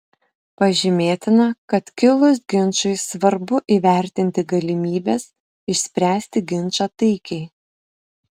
pažymėtina kad kilus ginčui svarbu įvertinti galimybes išspręsti ginčą taikiai